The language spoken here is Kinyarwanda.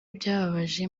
byababaje